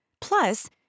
Plus